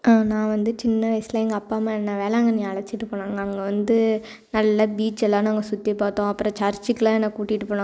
நான் வந்து சின்ன வயசில் எங்கள் அப்பா அம்மா என்னை வேளாங்கண்ணி அழச்சிட்டு போனாங்க அங்கே வந்து நல்லா பீச் எல்லாம் நாங்கள் சுற்றி பார்த்தோம் அப்புறம் சர்ச்சுக்கு எல்லாம் என்ன கூட்டிகிட்டு போனாங்க